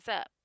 up